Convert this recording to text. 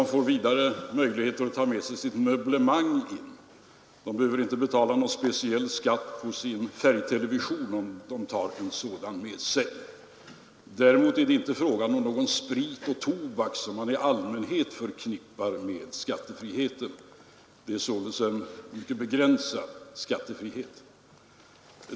Han får vidare möjligheter att ta med sig sitt möblemang och behöver inte betala någon speciell skatt på sin färg-TV-apparat, om han tar en sådan med sig. Däremot är det inte fråga om någon skattefrihet på sprit och tobak, något som man i allmänhet förknippar med diplomatisk skattefrihet. Det gäller således en mycket begränsad skattefrihet.